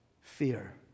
Fear